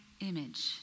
image